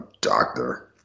doctor